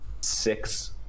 six